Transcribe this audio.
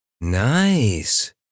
Nice